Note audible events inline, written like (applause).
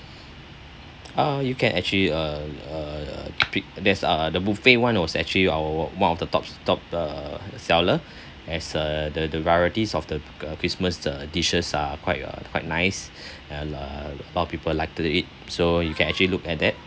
uh you can actually uh pick there's uh the buffet one was actually our one of the top top the seller (breath) as uh the the varieties of the christmas the dishes are quite uh quite nice (breath) and uh a lot of people like to the eat so you can actually look at that